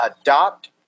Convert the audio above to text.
adopt